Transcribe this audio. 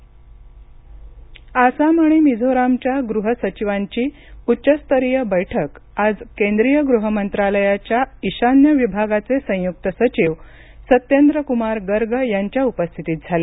आसाम मिझोराम आसाम आणि मिझोरामच्या गृह सचिवांची उच्चस्तरीय बैठक आज केंद्रीय गृह मंत्रालयाच्या ईशान्य विभागाचे संयुक्त सचिव सत्येंद्र कुमार गर्ग यांच्या उपस्थितीत झाली